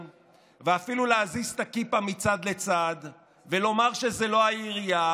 ואפילו להזיז את הכיפה מצד לצד ולומר שזו לא העירייה,